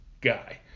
guy